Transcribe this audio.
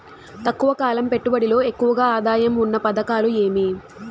తక్కువ కాలం పెట్టుబడిలో ఎక్కువగా ఆదాయం ఉన్న పథకాలు ఏమి?